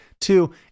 Two